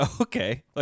Okay